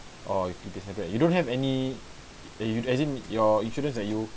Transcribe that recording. or you keep it separate you don't have any eh you as in your insurance that you